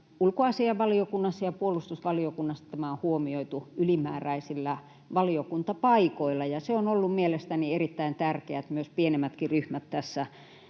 ja puolustusvaliokunnassa tämä on huomioitu ylimääräisillä valiokuntapaikoilla. On ollut mielestäni erittäin tärkeää, että myös pienemmät ryhmät tässä